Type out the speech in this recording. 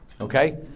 Okay